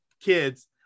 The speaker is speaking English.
kids